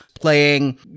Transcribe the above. playing